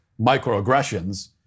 microaggressions